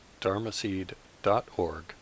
dharmaseed.org